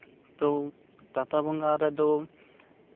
ᱛᱳ ᱯᱟᱛᱟ ᱵᱚᱸᱜᱟ ᱨᱮᱫᱚ